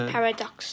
Paradox